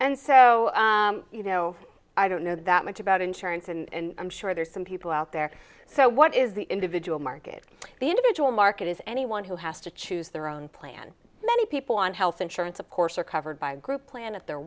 and so you know i don't know that much about insurance and i'm sure there are some people out there so what is the individual market the individual market is anyone who has to choose their own plan many people on health insurance of course are covered by a group plan at their